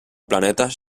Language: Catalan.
planetes